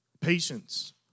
Patience